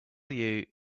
you